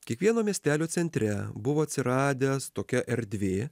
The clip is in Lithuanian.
kiekvieno miestelio centre buvo atsiradęs tokia erdvė